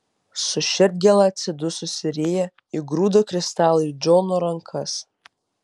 su širdgėla atsidususi rėja įgrūdo kristalą į džono rankas